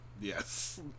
Yes